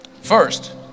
First